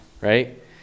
right